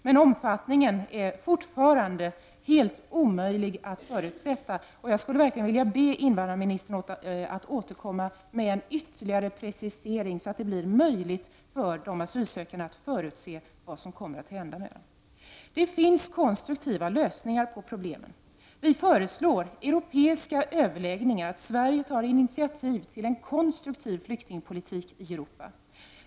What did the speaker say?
Men omfattningen är fortfarande helt omöjlig att förutsäga, och jag skulle verkligen vilja be invandrarministern att återkomma med en ytterligare precisering, så att det blir möjligt för de asylsökande att förutse vad som kommer att hända med dem. Det finns konstruktiva lösningar på problemen. Vi föreslår europeiska överläggningar, att Sverige tar initiativ till en konstruktiv flyktingpolitik i Europa.